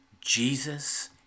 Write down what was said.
Jesus